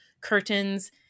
curtains